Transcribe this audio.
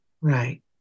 Right